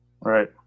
Right